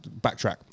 Backtrack